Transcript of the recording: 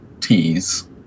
teas